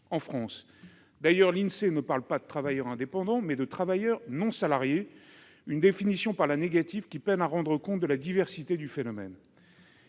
en France d'ailleurs. L'Insee les désigne non pas comme des travailleurs indépendants, mais comme des travailleurs non salariés, une définition par la négative qui peine à rendre compte de la diversité du phénomène.